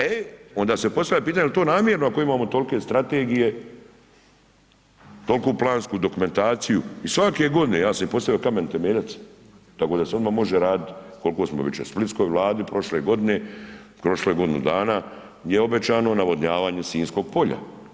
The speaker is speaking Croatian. E onda se postavlja pitanje jel' to namjerno ako imamo tolike strategije, toliku plansku dokumentaciju i svake godine, ja sam i postavio kamen temeljac tako da se odmah može raditi, koliko smo ... splitskoj vladi prošle godine, prošlo je godinu dana gdje je obećano navodnjavanje sinjskog polja.